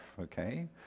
Okay